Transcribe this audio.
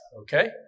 okay